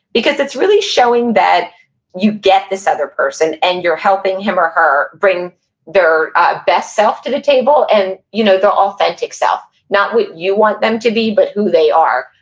because it's really showing that you get this other person, and you're helping him or her bring their ah best self to the table, and you know, the authentic self. not what you want them to be, but who they are,